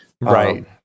right